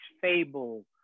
fable